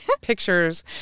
pictures